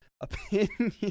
opinion